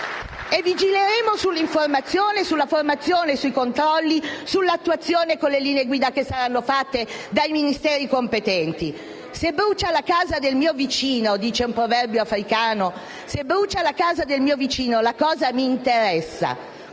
Vigileremo sull'informazione, sulla formazione, sui controlli e sull'attuazione, con le linee guida che saranno emanate dai Ministeri competenti. Se brucia la casa del mio vicino, dice un proverbio africano, la cosa mi interessa: